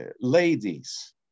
ladies